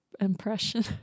impression